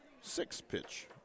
six-pitch